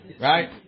Right